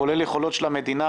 כולל יכולות של המדינה,